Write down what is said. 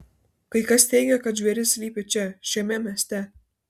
kai kas teigia kad žvėris slypi čia šiame mieste